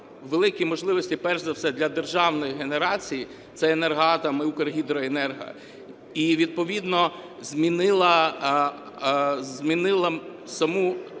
великі можливості перш за все для державної генерації, це Енергоатом і Укргідроенерго, і відповідно змінила сам механізм